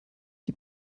die